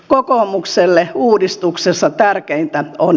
kokoomukselle uudistuksessa tärkeintä on